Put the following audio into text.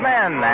Men